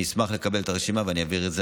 אני אשמח לקבל את הרשימה, ואני אעביר את זה.